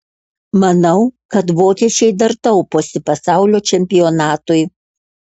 manau kad vokiečiai dar tauposi pasaulio čempionatui